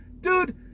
Dude